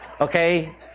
Okay